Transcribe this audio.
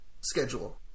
schedule